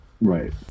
Right